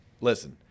listen